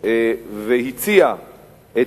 והציע את